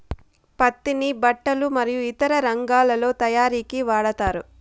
పత్తిని బట్టలు మరియు ఇతర రంగాలలో తయారీకి వాడతారు